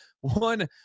one